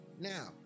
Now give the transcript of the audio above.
now